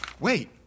Wait